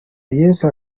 yesu